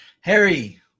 Harry